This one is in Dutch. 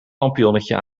lampionnetje